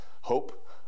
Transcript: hope